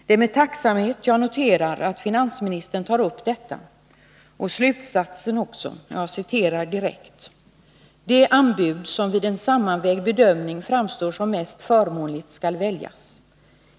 Det är med tacksamhet jag noterar att finansministern tar upp detta, och jag citerar slutsatsen direkt: ”Det anbud som vid en sammanvägd bedömning framstår som förmånligast skall väljas.